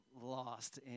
lost